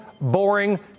boring